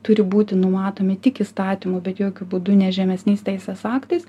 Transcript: turi būti numatomi tik įstatymu bet jokiu būdu ne žemesniais teisės aktais